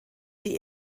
die